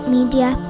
Media